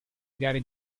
gare